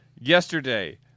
Yesterday